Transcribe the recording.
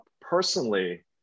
personally